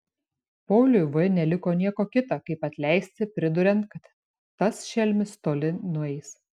pauliui v neliko nieko kita kaip atleisti priduriant kad tas šelmis toli nueis